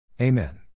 Amen